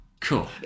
Cool